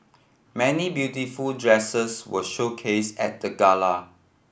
many beautiful dresses were showcase at the gala